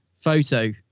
photo